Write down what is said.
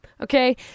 okay